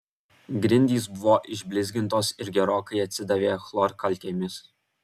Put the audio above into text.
grindys buvo išblizgintos ir gerokai atsidavė chlorkalkėmis